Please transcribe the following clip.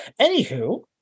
Anywho